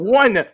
one